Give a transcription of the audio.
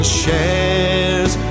shares